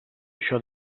això